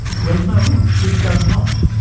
well, no, it does not.